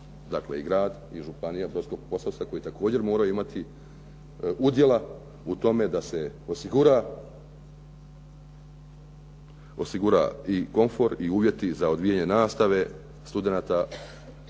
Dakle, i grad i Županija brodsko-posavska koji također moraju imati udjela u tome da se osigura i komfor i uvjeti za odvijanje nastave studenata